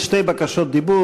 יש כאן שתי בקשות דיבור.